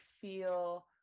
feel